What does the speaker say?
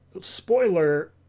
Spoiler